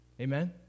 Amen